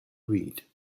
read